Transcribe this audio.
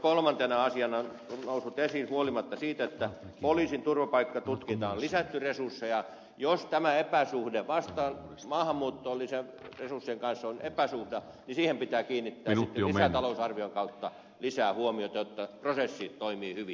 kolmantena asiana on noussut esiin se että jos huolimatta siitä että poliisin turvapaikkatutkintaan on lisätty resursseja näiden ja maahanmuuttoresurssien välillä on epäsuhta niin siihen pitää kiinnittää sitten lisätalousarvion kautta lisää huomiota jotta prosessi toimii hyvin